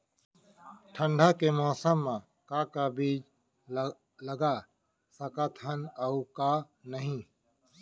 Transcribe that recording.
ठंडा के मौसम मा का का बीज लगा सकत हन अऊ का नही?